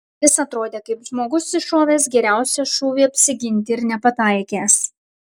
jis atrodė kaip žmogus iššovęs geriausią šūvį apsiginti ir nepataikęs